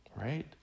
right